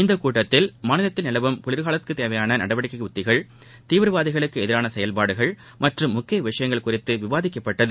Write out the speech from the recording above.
இக்கூட்டத்தில் மாநிலத்தில் நிலவும் குளிர்காலத்திற்குதேவையானநடவடிக்கைஉத்திகள் தீவிரவாதிகளுக்குஎதிரானசெயல்பாடுகள் மற்றும் முக்கியவிஷயங்கள் குறித்துவிவாதிக்கப்பட்டது